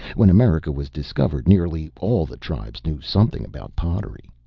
when america was discovered nearly all the tribes knew something about pottery.